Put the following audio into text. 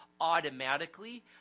automatically